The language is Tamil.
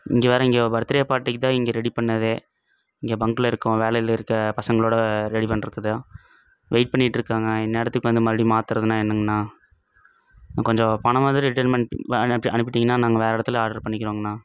இங்கே வேற இங்கே பர்த்டே பார்ட்டிக்கு தான் இங்கே ரெடி பண்ணுணதே இங்கே பங்க்குல இருக்கோம் வேலையில இருக்க பசங்களோட ரெடி பண்ணுறதுக்குதான் வெயிட் பண்ணிட்ருக்கோங்க இந்நேரத்துக்கு வந்து மறுபடி மாத்தறதுனால் என்னங்கணா கொஞ்சம் பணமாவது ரிட்டன் பண் அனுப்பிட்டிங்கனா நாங்கள் வேற இடத்துல ஆர்டர் பண்ணிக்குவோங்கணா